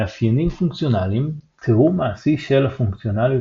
מאפיינים פונקציונליים - תיאור מעשי של הפונקציונליות